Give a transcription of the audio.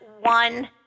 one